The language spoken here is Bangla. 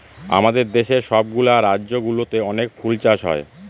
আমাদের দেশের সব গুলা রাজ্য গুলোতে অনেক ফুল চাষ হয়